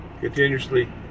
continuously